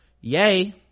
Yay